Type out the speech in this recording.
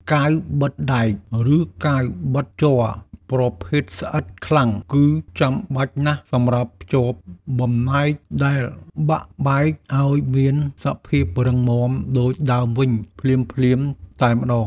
កាវបិទដែក ឬកាវបិទជ័រប្រភេទស្អិតខ្លាំង គឺចាំបាច់ណាស់សម្រាប់ភ្ជាប់បំណែកដែលបាក់បែកឱ្យមានសភាពរឹងមាំដូចដើមវិញភ្លាមៗតែម្តង។